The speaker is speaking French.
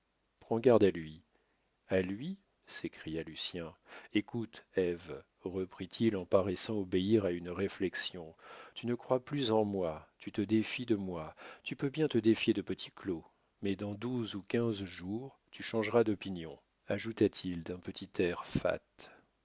prends garde à lui a lui s'écria lucien écoute ève reprit-il en paraissant obéir à une réflexion tu ne crois plus en moi tu te défies de moi tu peux bien te défier de petit claud mais dans douze ou quinze jours tu changeras d'opinion ajouta-t-il d'un petit air